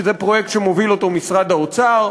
שזה פרויקט שמוביל משרד האוצר.